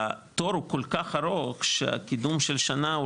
והתור הוא כל כך ארוך שהקידום של שנה הוא